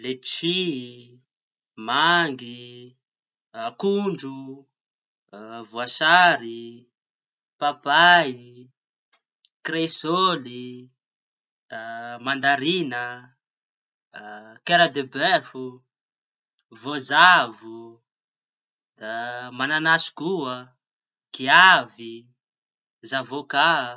letisïy, mangy, akondro, voasary, papay, kresôly, mandariña, keradebefo, vôzavo, da mañanasy koa, giavy, zavôka.